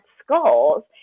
skulls